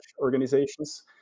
organizations